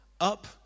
up